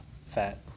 fat